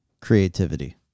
Creativity